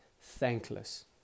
thankless